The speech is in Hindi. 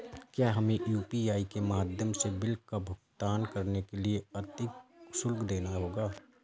क्या हमें यू.पी.आई के माध्यम से बिल का भुगतान करने के लिए अधिक शुल्क देना होगा?